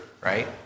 right